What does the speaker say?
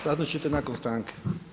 Saznati ćete nakon stanke.